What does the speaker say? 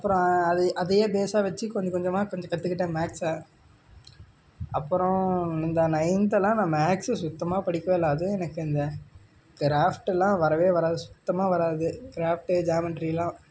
அப்புறம் அதை அதையே பேஸாக வெச்சு கொஞ்சம் கொஞ்சமாக கொஞ்சம் கற்றுக்கிட்டேன் மேக்ஸை அப்புறம் இந்த நைன்த்தெல்லாம் நான் மேக்ஸு சுத்தமாக படிக்கவே இல்லை அதுவும் எனக்கு இந்த கிராஃப்ட்டெல்லாம் வரவே வராது சுத்தமாக வராது கிராஃப்ட்டு ஜாமின்ட்ரிலாம்